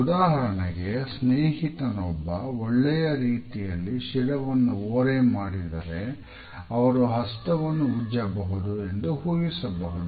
ಉದಾಹರಣೆಗೆ ಸ್ನೇಹಿತನೊಬ್ಬ ಒಳ್ಳೆಯ ರೀತಿಯಲ್ಲಿ ಶಿರವನ್ನು ಓರೇ ಮಾಡಿದ್ದರೆ ಅವರು ಹಸ್ತವನ್ನು ಉಜ್ಜಬಹುದು ಎಂದು ಊಹಿಸಬಹುದು